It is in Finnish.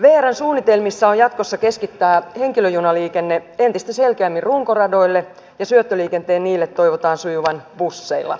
vrn suunnitelmissa on jatkossa keskittää henkilöjunaliikenne entistä selkeämmin runkoradoille ja syöttöliikenteen niille toivotaan sujuvan busseilla